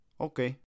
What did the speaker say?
Okay